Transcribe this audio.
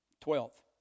Twelfth